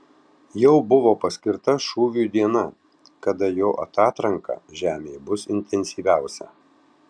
jau buvo paskirta šūviui diena kada jo atatranka žemei bus intensyviausia